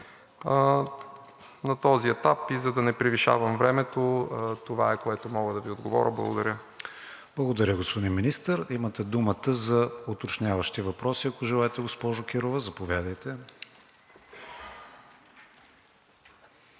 На този етап и за да не превишавам времето, това е, което мога да Ви отговоря. Благодаря. ПРЕДСЕДАТЕЛ КРИСТИАН ВИГЕНИН: Благодаря, господин Министър. Имате думата за уточняващи въпроси, ако желаете, госпожо Кирова. Заповядайте.